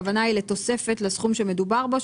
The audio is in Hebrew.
הכוונה היא לתוספת לסכום שמדובר פה,